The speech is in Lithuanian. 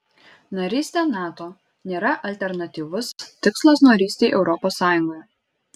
narystė nato nėra alternatyvus tikslas narystei europos sąjungoje